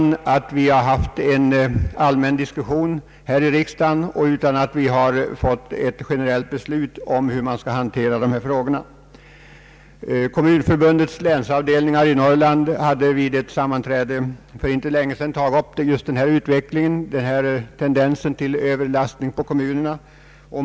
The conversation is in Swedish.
Vi har ju inte haft någon allmän diskussion om detta här i riksdagen, och vi har inte fattat något generellt beslut om hur man skall hantera dessa frågor. Kommunförbundets länsavdelningar i Norrland tog vid ett sammanträde för inte så länge sedan upp denna tendens till överlastning av kostnader på kommunerna.